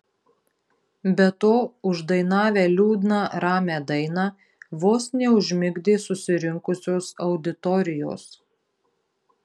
be to uždainavę liūdną ramią dainą vos neužmigdė susirinkusios auditorijos